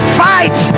fight